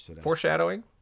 foreshadowing